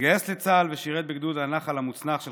התגייס לצה"ל ושירת בגדוד הנחל המוצנח של